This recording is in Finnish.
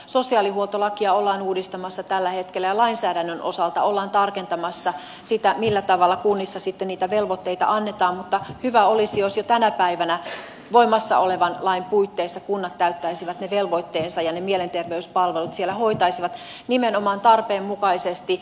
sosiaalihuoltolakia ollaan uudistamassa tällä hetkellä ja lainsäädännön osalta ollaan tarkentamassa sitä millä tavalla kunnissa sitten niitä velvoitteita annetaan mutta hyvä olisi jos jo tänä päivänä voimassa olevan lain puitteissa kunnat täyttäisivät ne velvoitteensa ja ne mielenterveyspalvelut siellä hoitaisivat nimenomaan tarpeenmukaisesti